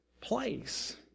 place